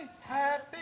Happy